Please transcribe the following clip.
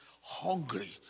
hungry